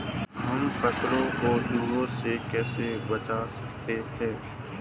हम फसलों को चूहों से कैसे बचा सकते हैं?